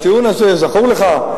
הטיעון הזה זכור לך?